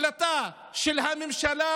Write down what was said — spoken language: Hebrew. החלטה של הממשלה,